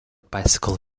bicycle